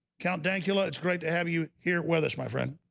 count dankula, it's great to have you here with us my friend